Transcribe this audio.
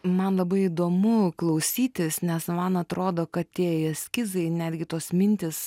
man labai įdomu klausytis nes man atrodo kad tie eskizai netgi tos mintys